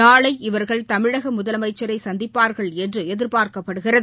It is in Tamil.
நாளை இவர்கள் தமிழக முதலமைச்சரை சந்திப்பார்கள் என்று எதிர்பார்க்கப்படுகிறது